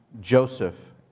Joseph